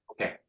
Okay